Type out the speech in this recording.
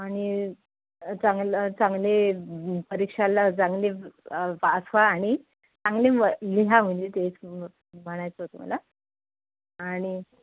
आणि चांगलं चांगले परीक्षेला चांगले पास व्हा आणि चांगले म लिहा म्हणजे तेच म्हणायचं होत मला आणि